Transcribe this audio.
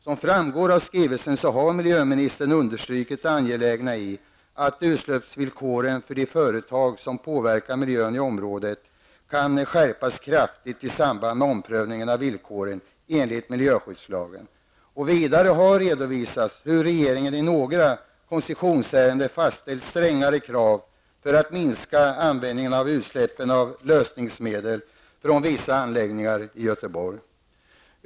Som framgår av skrivelsen har miljöministern understrukit det angelägna i att utsläppsvillkoren för de företag som påverkar miljön i området kan skärpas kraftigt i samband med omprövningen av villkoren enligt miljöskyddslagen. Vidare har redovisats hur regeringen i några koncessionsärenden fastställt strängare krav för att minska användningen och utsläppen av lösningsmedel från vissa anläggningar i Göteborg.